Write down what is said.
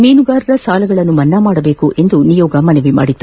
ಮೀನುಗಾರರ ಸಾಲಗಳನ್ನು ಮನ್ನಾ ಮಾಡಬೇಕು ಎಂದು ನಿಯೋಗ ಮನವಿ ಮಾಡಿದೆ